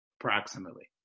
approximately